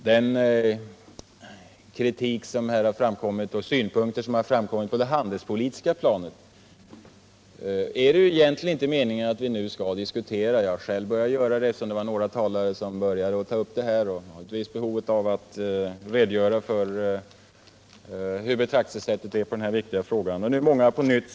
Den kritik och de synpunkter som har framkommit på det handelspolitiska planet är det egentligen inte meningen att vi nu skall diskutera, men jag har själv fört in den frågan i debatten och några andra talare har känt behov av att redogöra för sitt betraktelsesätt när det gäller den här viktiga frågan och har tagit upp den på nytt.